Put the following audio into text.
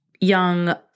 Young